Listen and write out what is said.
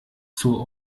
zur